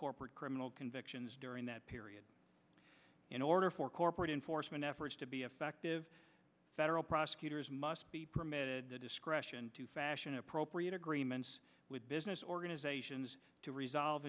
corporate criminal convictions during that period in order for corporate in forstmann efforts to be effective federal prosecutors must be permitted the discretion to fashion appropriate agreements with business organizations to resolve